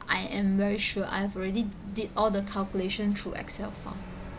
I am very sure I've already did all the calculation through excel file